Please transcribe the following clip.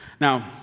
Now